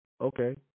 Okay